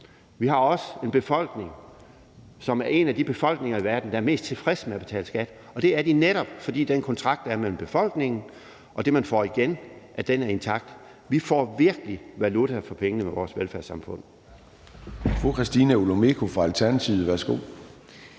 Vi har også en befolkning, som er en af de befolkninger i verden, som er mest tilfreds med at betale skat, og det er den netop, fordi den kontrakt, der er med befolkningen om det, den får igen, er intakt. Vi får virkelig valuta for pengene med vores velfærdssamfund. Kl. 10:54 Formanden (Søren Gade): Fru